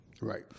right